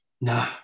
Nah